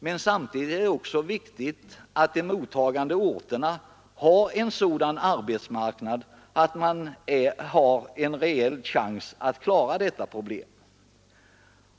Men samtidigt är det också viktigt att de mottagande orterna har en sådan arbetsmarknad att man har en reell chans att klara detta problem.